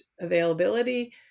availability